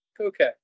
Okay